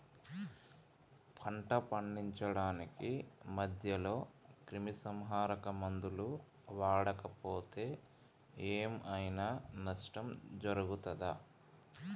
పంట పండించడానికి మధ్యలో క్రిమిసంహరక మందులు వాడకపోతే ఏం ఐనా నష్టం జరుగుతదా?